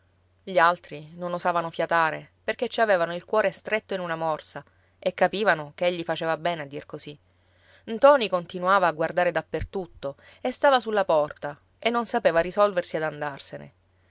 gli altri non osavano fiatare perché ci avevano il cuore stretto in una morsa e capivano che egli faceva bene a dir così ntoni continuava a guardare dappertutto e stava sulla porta e non sapeva risolversi ad andarsene